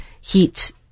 heat